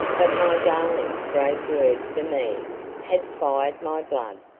but my darling's brave word for me had fired my blood,